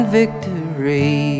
victory